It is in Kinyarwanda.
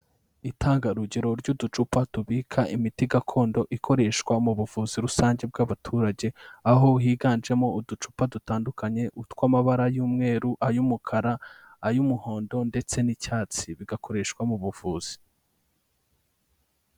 Itangarugero ry'uducupa tubika imiti gakondo ikoreshwa mu buvuzi rusange bw'abaturage aho higanjemo uducupa dutandukanye, utw'amabara y'umweru, ay'umukara, ay'umuhondo ndetse n'icyatsi, bigakoreshwa mu buvuzi.